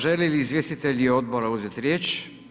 Žele li izvjestitelji odbora uzeti riječ?